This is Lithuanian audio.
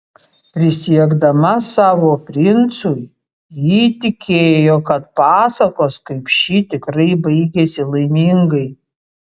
prisiekdama savo princui ji tikėjo kad pasakos kaip ši tikrai baigiasi laimingai